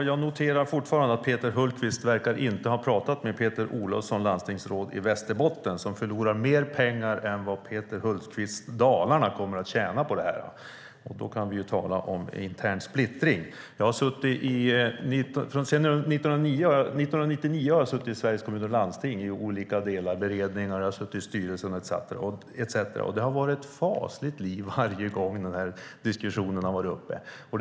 Fru talman! Jag noterar att Peter Hultqvist inte verkar ha pratat med landstingsrådet Peter Olofsson i Västerbotten som förlorar mer pengar än vad Peter Hultqvists Dalarna kommer att tjäna på detta. Där kan man tala om intern splittring. Jag har suttit i Sveriges Kommuner och Landsting sedan 1999 i olika beredningar. Jag har också suttit i styrelsen. Det har varit ett fasligt liv varje gång den här frågan har diskuterats.